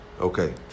Okay